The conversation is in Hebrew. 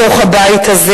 בתוך הבית הזה.